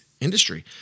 industry